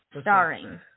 starring